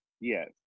yes